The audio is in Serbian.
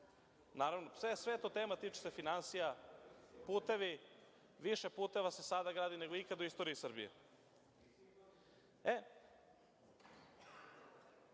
Naravno, sve je to tema, tiče se finansija. Putevi. Više puteva se sada gradi nego ikada u istoriji Srbije. Kako